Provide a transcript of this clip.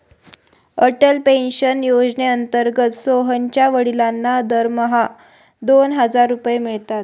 Atal pension योजनेअंतर्गत सोहनच्या वडिलांना दरमहा दोन हजार रुपये मिळतात